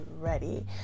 ready